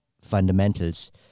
fundamentals